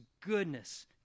goodness